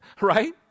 right